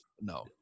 No